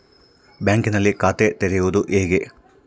ಬ್ಯಾಂಕಿನಲ್ಲಿ ಖಾತೆ ತೆರೆಯುವುದು ಹೇಗೆ?